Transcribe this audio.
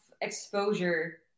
exposure